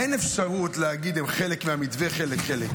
אין אפשרות להגיד הם חלק מהמתווה, חלק, חלק.